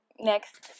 next